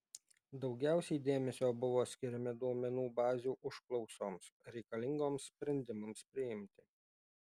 daugiausiai dėmesio buvo skiriama duomenų bazių užklausoms reikalingoms sprendimams priimti